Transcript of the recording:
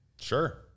Sure